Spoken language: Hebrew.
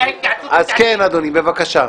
כן, אדוני, בבקשה.